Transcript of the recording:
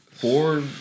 four